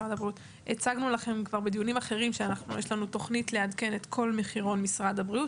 שיש לנו תוכנית לעדכן את כל מחירון משרד הבריאות.